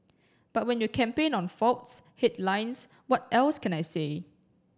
but when you campaign on faults headlines what else can I say